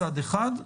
מצד אחד,